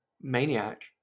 maniac